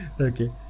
Okay